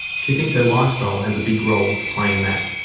she thinks her lifestyle has a big role to play in that.